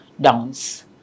downs